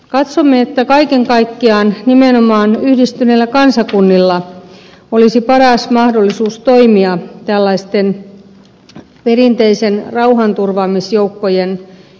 katsomme että kaiken kaikkiaan nimenomaan yhdistyneillä kansakunnilla olisi paras mahdollisuus toimia tällaisten perinteisten rauhanturvaamisjoukkojen isäntänä